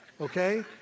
okay